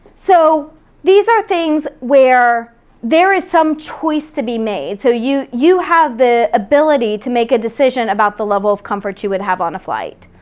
so these are things where there is some choice to be made, so you you have the ability to make a decision about the level of comfort you would have on a flight.